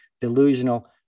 delusional